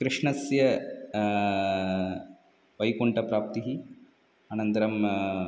कृष्णस्य वैकुण्ठप्राप्तिः अनन्तरम्